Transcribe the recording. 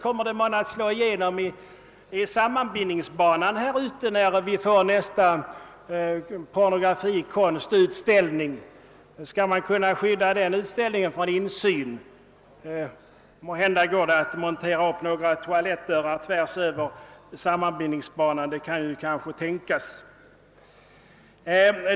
Kommer det månne att slå igenom i sammanbindningsbanan här ute när vi får nästa pornografikonstutställning? Skall man kunna skydda den utställningen från insyn? Måhända går det att montera upp några toalettdörrar tvärs över sammanbindningsbanan.